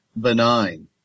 benign